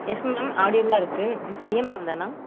S ma'am ஆடியபிளாக இருக்குது இது பிரியா மேம் தானே